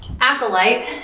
Acolyte